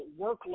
workload